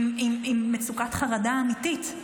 עם מצוקת חרדה אמיתית.